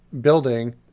building